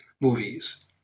movies